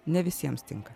ne visiems tinka